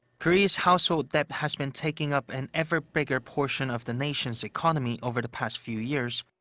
korea's household debt has been taking up an ever-bigger portion of the nation's economy over the past few years,